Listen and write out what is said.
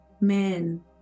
men